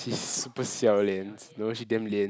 she's super xiao-lians no she damn lian